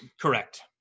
Correct